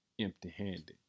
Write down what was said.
empty-handed